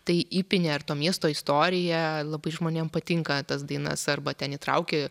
tai įpini ar to miesto istoriją labai žmonėm patinka tas dainas arba ten įtrauki